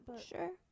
Sure